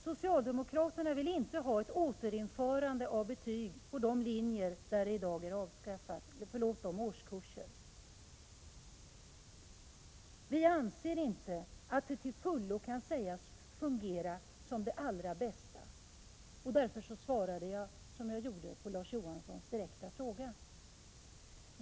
Socialdemokraterna vill inte ha ett återinförande av betyg i de årskurser där betygen har avskaffats. Vi anser inte att betygen till fullo kan sägas fungera som det allra bästa, och därför svarade jag som jag gjorde på Larz Johanssons direkta fråga.